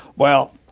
well,